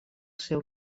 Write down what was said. seu